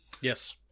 Yes